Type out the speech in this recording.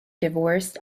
divorced